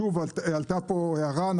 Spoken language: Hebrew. העירו כאן בהקשר לזה.